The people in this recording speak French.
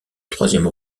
troisième